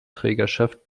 trägerschaft